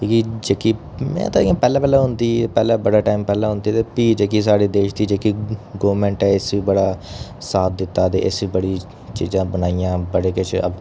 इ'यै जेह्की में ते इ'यां पैह्ले पैह्ले होंदी पैह्ले बड़े टाइंम पैह्लें होंदी ते प्ही जेह्की साढ़े देश दी जेह्की गौरमैंट ऐ इस बी बड़ा साथ दित्ता ते इस बी बड़ियां चीजां बनाइयां बड़े किश अग्गै